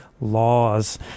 laws